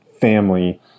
family